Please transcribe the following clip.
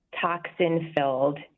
toxin-filled